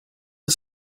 the